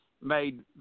Made